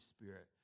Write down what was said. Spirit